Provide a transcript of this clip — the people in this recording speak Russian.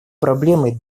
проблемой